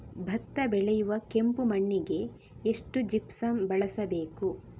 ಭತ್ತ ಬೆಳೆಯುವ ಕೆಂಪು ಮಣ್ಣಿಗೆ ಎಷ್ಟು ಜಿಪ್ಸಮ್ ಬಳಸಬೇಕು?